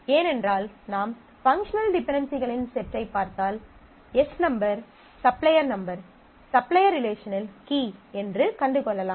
ஏனென்றால் நாம் பங்க்ஷனல் டிபென்டென்சிகளின் செட்டைப் பார்த்தால் S number supplier number supplier ரிலேஷனில் கீ என்று கண்டு கொள்ளலாம்